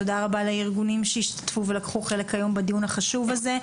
תודה רבה לארגונים שהשתתפו ולקחו חלק היום בדיון החשוב הזה.